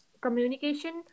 communication